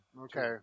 Okay